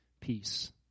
peace